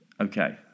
Okay